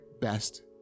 best